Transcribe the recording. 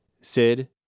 sid